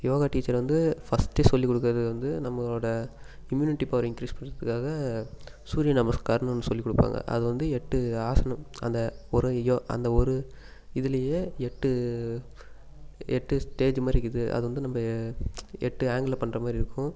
yoga teacher வந்து ஃபஸ்ட்டே சொல்லிக் கொடுக்குறது வந்து நம்மளோடய இம்யூனிட்டி பவரை இன்க்ரிஸ் பண்ணுறத்துக்காக சூரியன் நமஸ்காரம்னு ஒன்று சொல்லிக் கொடுப்பாங்க அதை வந்து எட்டு ஆசனம் அந்த ஒரு இயோ அந்த ஒரு இதுலேயே எட்டு எட்டு ஸ்டேஜ் மாதிரி இருக்குது அது வந்து நம்ம எட்டு அங்கிலில் பண்ணுற மாதிரி இருக்கும்